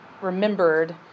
remembered